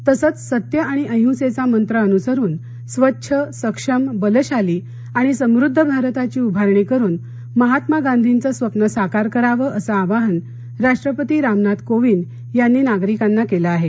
तसंच सत्य आणि अहिसेचा मंत्र अनुसरून स्वच्छ सक्षम बलशाली आणि समृद्ध भारताची उभारणी करून महात्मा गांधींचं स्वप्न साकार करावं असं आवाहन राष्ट्रपती रामनाथ कोविंद यांनी नागरिकांना केलं आहे